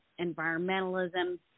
environmentalism